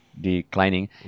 declining